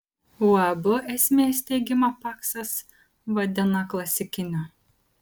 uab esmė steigimą paksas vadina klasikiniu